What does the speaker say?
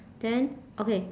then okay